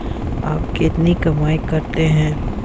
आप कितनी कमाई करते हैं?